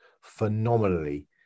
phenomenally